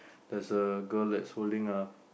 there's a girl that's holding a